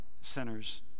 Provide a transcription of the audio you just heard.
sinners